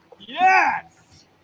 Yes